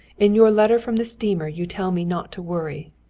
in your letter from the steamer you tell me not to worry.